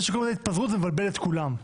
זה שקוראים לה התפזרות, זה מבלבל את כולם.